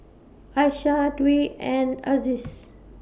Aisyah Dwi and Aziz